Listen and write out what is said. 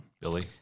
Billy